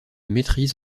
maîtrise